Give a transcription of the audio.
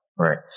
Right